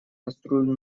кастрюлю